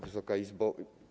Wysoka Izbo!